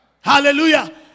Hallelujah